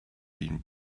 been